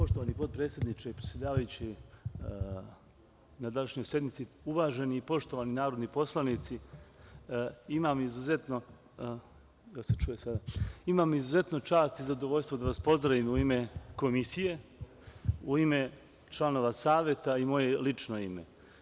Poštovani potpredsedniče, predsedavajući na današnjoj sednici, uvaženi i poštovani narodni poslanici, imam izuzetnu čast i zadovoljstvo da vas pozdravim u ime Komisije, u ime članova Saveta i moje lično ime.